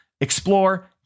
explore